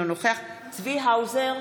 אינו נוכח צבי האוזר,